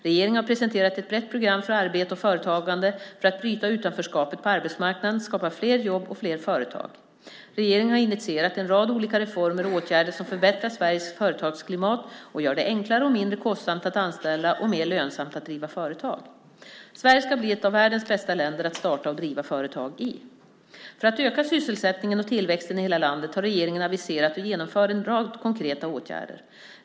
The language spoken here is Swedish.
Regeringen har presenterat ett brett program för arbete och företagande för att bryta utanförskapet på arbetsmarknaden, skapa fler jobb och fler företag. Regeringen har initierat en rad olika reformer och åtgärder som förbättrar Sveriges företagsklimat, gör det enklare och mindre kostsamt att anställa och mer lönsamt att driva företag. Sverige ska bli ett av världens bästa länder att starta och driva företag i. För att öka sysselsättningen och tillväxten i hela landet har regeringen aviserat och genomför en rad konkreta åtgärder.